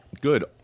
Good